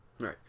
Right